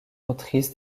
motrice